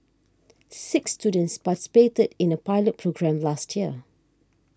six students participated in a pilot programme last year